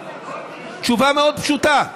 תשובה מאוד פשוטה: